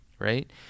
right